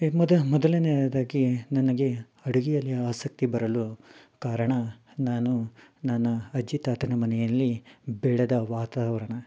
ಮೊದ ಮೊದಲನೇಯದಾಗಿ ನನಗೆ ಅಡುಗೆಯಲ್ಲಿ ಆಸಕ್ತಿ ಬರಲು ಕಾರಣ ನಾನು ನನ್ನ ಅಜ್ಜಿ ತಾತನ ಮನೆಯಲ್ಲಿ ಬೆಳೆದ ವಾತಾವರಣ